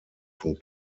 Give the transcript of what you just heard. von